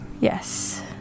Yes